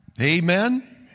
Amen